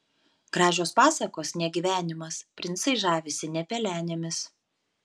gražios pasakos ne gyvenimas princai žavisi ne pelenėmis